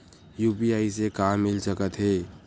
UPI से का मिल सकत हे?